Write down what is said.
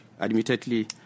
admittedly